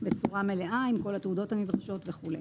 בצורה מלאה, עם כל התעודות הנדרשות וכו'.